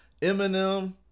Eminem